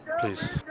please